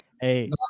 Hey